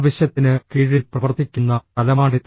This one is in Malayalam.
ആവശ്യത്തിന് കീഴിൽ പ്രവർത്തിക്കുന്ന തലമാണിത്